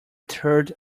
third